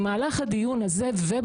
זה לא רק לו,